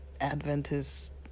Adventist